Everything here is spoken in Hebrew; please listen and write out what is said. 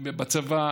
בצבא,